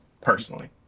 personally